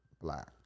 black